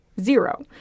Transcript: zero